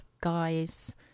guys